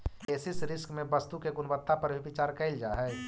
basis risk में वस्तु के गुणवत्ता पर भी विचार कईल जा हई